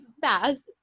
fast